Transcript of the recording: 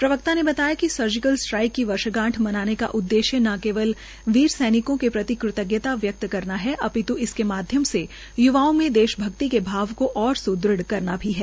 प्रवक्ता ने बताया कि सर्जिकल स्ट्राइक की वर्षगांठ मनाने का उद्देश्य न केवल वीर सैनिकों के प्रति कृतज्ञता व्यक्त करना है अपित्ल इसके माध्यम से य्वाओं में देशभक्ति के भाव को और सुदृढ करना भी है